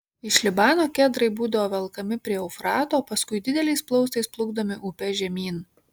iš libano kedrai būdavo velkami prie eufrato paskui dideliais plaustais plukdomi upe žemyn